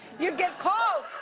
you'd get calls,